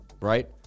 right